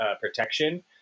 protection